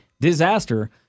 disaster